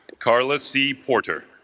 carla see porter